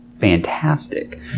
fantastic